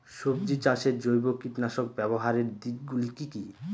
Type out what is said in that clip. সবজি চাষে জৈব কীটনাশক ব্যাবহারের দিক গুলি কি কী?